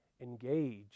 engage